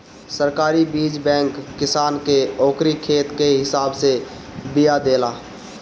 सरकारी बीज बैंक किसान के ओकरी खेत के हिसाब से बिया देला